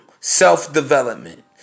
Self-development